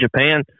Japan